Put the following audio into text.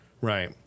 Right